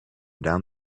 down